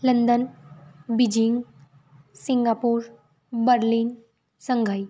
London Beijing Singapore Berlin Shanghai